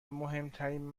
مهمترین